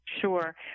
Sure